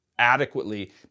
adequately